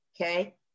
Okay